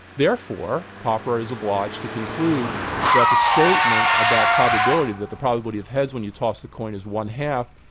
therefore, popper is obliged to conclude that the statement about probability, that the probability of heads when you toss the coin is one half,